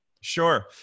Sure